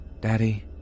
Daddy